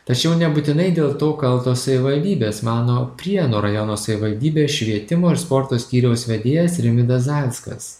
tačiau nebūtinai dėl to kaltos savivaldybės mano prienų rajono savivaldybės švietimo ir sporto skyriaus vedėjas rimvydas zailskas